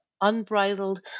unbridled